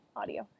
audio